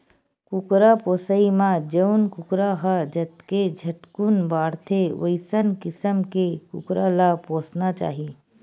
कुकरा पोसइ म जउन कुकरा ह जतके झटकुन बाड़थे वइसन किसम के कुकरा ल पोसना चाही